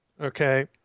Okay